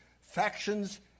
factions